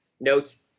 notes